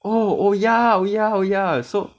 oh oh ya oh ya oh ya so